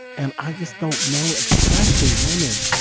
and i just don't know, especially women.